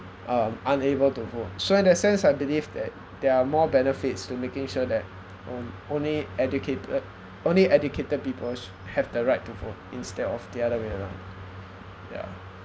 um unable to vote so in that sense I believe that there are more benefits to making sure that (um)only educated only educated peoples have the right to vote instead of the other way yeah